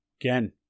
again